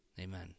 Amen